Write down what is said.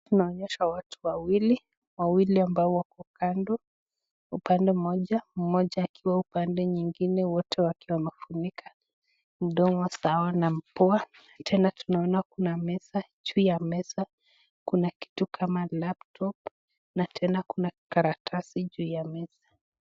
Tunaoneshwa watu wawili, wawili ambao wako kando upande mmoja, mmoja akiwa upande nyingine, wote wakiwa wamefunika mdomo sawa na mapua. Tena tunaona kuna meza, juu ya meza kuna kitu kama laptop na tena kuna karatasi juu ya meza.